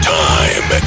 time